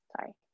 sorry